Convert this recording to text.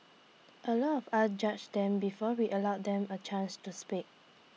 A lot of us judge them before we allow them A chance to speak